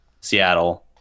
Seattle